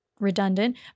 redundant